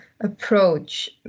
approach